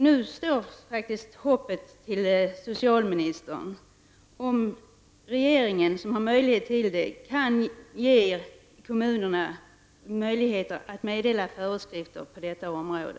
Nu står faktiskt hoppet till socialministern om regeringen, som har möjlighet till det, skall ge kommunerna möjligheter att meddela föreskrifter på detta område.